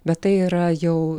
bet tai yra jau